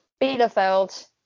Bielefeld